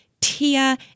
Tia